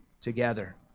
together